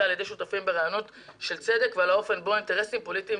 על ידי שותפים ברעיונות של צדק ועל האופן בו אינטרסים פוליטיים